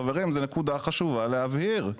חברים, זו נקודה חשובה להבהיר.